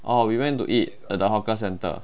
oh we went to eat at the hawker centre